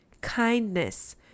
kindness